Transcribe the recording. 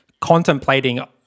contemplating